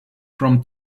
from